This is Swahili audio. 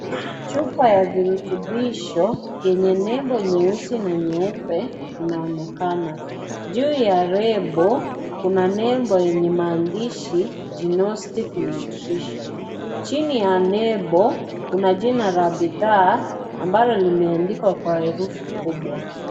Chupa ya virutubisho yenye nebo nyeusi na nyeupe inaonekana. Juu ya rebo, kuna nebo yenye mandishi (cs) Genostic Nutrition (cs). Chini ya nebo, kuna jina la bidhaa ambalo limeandikwa kwa herufi kubwa.